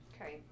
Okay